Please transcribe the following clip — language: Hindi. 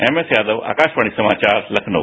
एम एस यादव आकाशवाणी समाचार लखनऊ